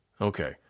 Okay